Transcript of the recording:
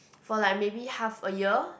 for like maybe half a year